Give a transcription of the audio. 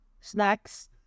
snacks